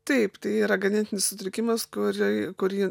taip tai yra genetinis sutrikimas kurį kurį